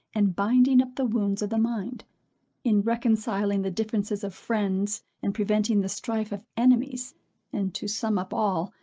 and binding up the wounds of the mind in reconciling the differences of friends, and preventing the strife of enemies and, to sum up all,